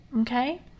okay